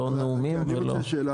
לא נאומים ולא --- אני רוצה לשאול שאלה,